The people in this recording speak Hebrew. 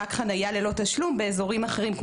רק חניה ללא תשלום באזורים אחרים,